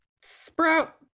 sprout